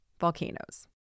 Volcanoes